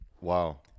Wow